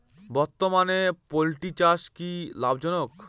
বর্তমানে পোলট্রি চাষ কি লাভজনক?